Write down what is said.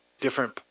different